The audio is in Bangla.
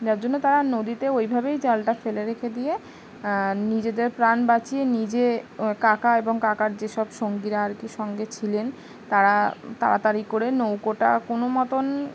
যার জন্য তারা নদীতে ওইভাবেই জালটা ফেলে রেখে দিয়ে নিজেদের প্রাণ বাঁচিয়ে নিজে কাকা এবং কাকার যেসব সঙ্গীরা আর কি সঙ্গে ছিলেন তারা তাড়াতাড়ি করে নৌকোটা কোনো মতন